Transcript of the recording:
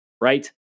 right